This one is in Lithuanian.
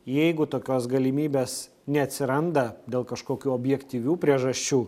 jeigu tokios galimybės neatsiranda dėl kažkokių objektyvių priežasčių